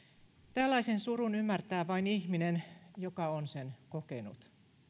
tällaisen surun ymmärtää vain ihminen joka on sen kokenut